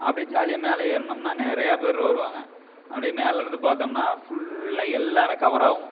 அப்படியே ஜாலியாக மேலே ஏறினோம்னா நிறையா பேர் வருவாங்க அப்படியே மேலே இருந்து பார்த்தோம்னா ஃபுல்லாக எல்லாமே கவர் ஆகும்